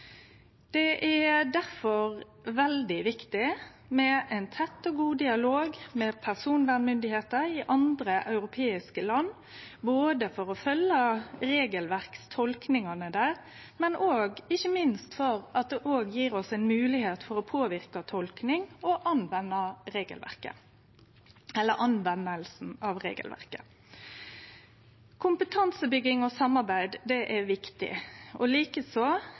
Det er difor veldig viktig med ein tett og god dialog med personvernmyndigheiter i andre europeiske land, både for å følgje regelverkstolkingane der og ikkje minst fordi det gjev oss ei moglegheit til å påverke tolking og bruk av regelverket. Kompetansebygging og samarbeid er viktig, likeins sanksjonar for brot på personvernforordninga og personopplysingsloven. Det er viktig og